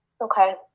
okay